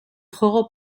juego